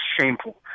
shameful